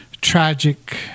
tragic